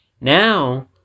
Now